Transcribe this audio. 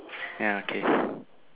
ya okay